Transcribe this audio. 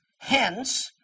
Hence